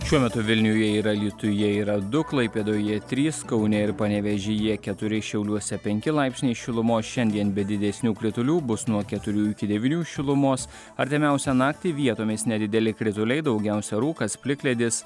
šiuo metu vilniuje ir alytuje yra du klaipėdoje trys kaune ir panevėžyje keturi šiauliuose penki laipsniai šilumos šiandien be didesnių kritulių bus nuo keturių iki devynių šilumos artimiausią naktį vietomis nedideli krituliai daugiausia rūkas plikledis